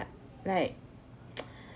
like